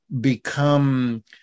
Become